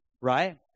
right